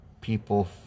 people